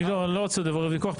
אני לא רוצה להיכנס לוויכוח.